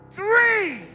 three